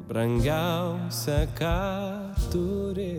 brangiausia ką turi